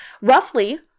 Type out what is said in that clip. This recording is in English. Roughly